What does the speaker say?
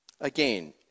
Again